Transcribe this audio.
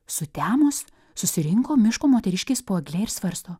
sutemus susirinko miško moteriškės po egle ir svarsto